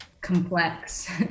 complex